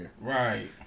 Right